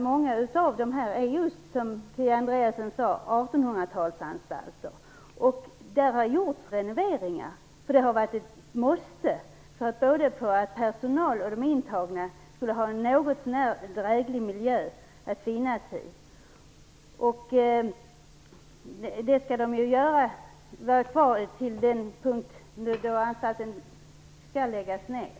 Många av dem är, som Kia Andreasson sade, 1800-talsanstalter, och det har varit ett måste att göra renoveringar i lokalerna för att både personalen och de intagna skulle ha en något så när dräglig miljö att vistas i. Dessa lokaler skall vara kvar fram till dess att anstalten skall läggas ned.